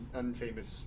unfamous